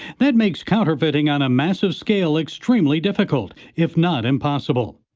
that makes counterfeiting on a massive scale extremely difficult, if not impossible.